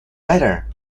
better